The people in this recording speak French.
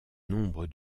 nombre